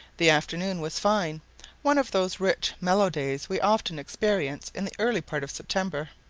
the afternoon was fine one of those rich mellow days we often experience in the early part of september.